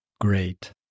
Great